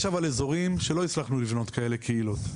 אבל יש אזורי שלא הצלחנו ליצור כאלה קהילות,